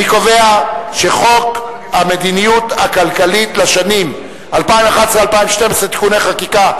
אני קובע שחוק המדיניות הכלכלית לשנים 2011 ו-2012 (תיקוני חקיקה),